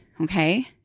Okay